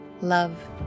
love